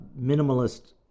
minimalist